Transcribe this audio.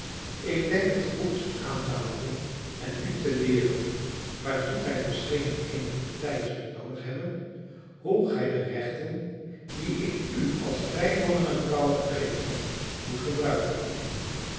ik denk het goed aan te houden en u te leeren waartoe gij misschien eenigen tijd zult noodig hebben hoe gij de rechten die ik u als vrije mannen en vrouwen gegeven heb moet gebruiken